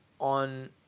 On